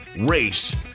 race